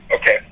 Okay